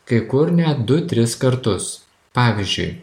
kai kur net du tris kartus pavyzdžiui